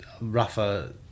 Rafa